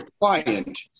client